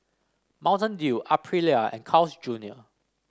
Mountain Dew Aprilia and Carl's Junior